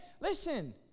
Listen